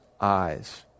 eyes